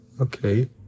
okay